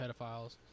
pedophiles